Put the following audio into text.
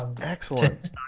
excellent